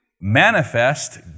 Manifest